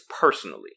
personally